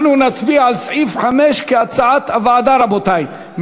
אנחנו נצביע על סעיף 5 כהצעת הוועדה, רבותי.